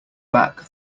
back